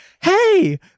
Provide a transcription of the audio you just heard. Hey